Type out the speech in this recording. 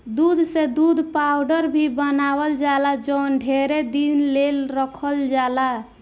दूध से दूध पाउडर भी बनावल जाला जवन ढेरे दिन ले रखल जाला